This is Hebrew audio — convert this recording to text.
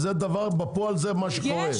בפועל זה מה שקורה.